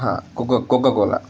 हां coca Coca Cola